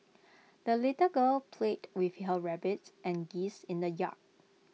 the little girl played with her rabbits and geese in the yard